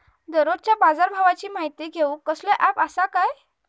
दररोजच्या बाजारभावाची माहिती घेऊक कसलो अँप आसा काय?